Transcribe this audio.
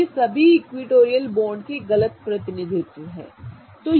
तो ये सभी इक्विटोरियल बांड के गलत प्रतिनिधित्व हैं ठीक है